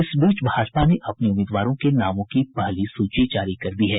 भाजपा ने अपने उम्मीदवारों के नामों की पहली सूची जारी कर दी है